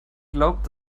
glaubt